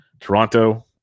Toronto